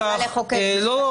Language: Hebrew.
ברור.